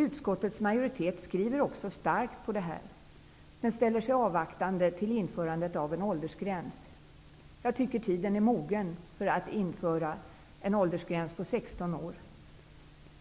Utskottets majoritet trycker också starkt på det här, men ställer sig avvaktande till införandet av en åldersgräns. Tiden är nu mogen för att man inför en åldersgräns på 16 år.